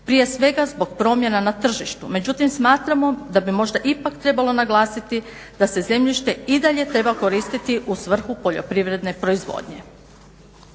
prije svega zbog promjena na tržištu, međutim smatramo da bi možda ipak trebalo naglasiti da se zemljište i dalje treba koristiti u svrhu poljoprivredne proizvodnje.